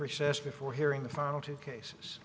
recess before hearing the final two cases